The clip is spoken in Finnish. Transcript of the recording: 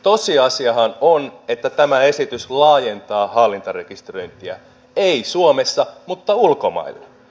tosiasiahan on että tämä esitys laajentaa hallintarekisteröintiä ei suomessa mutta ulkomailla